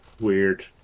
weird